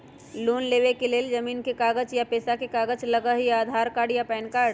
Loan लेवेके लेल जमीन के कागज या पेशा के कागज लगहई या आधार कार्ड या पेन कार्ड?